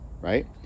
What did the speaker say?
right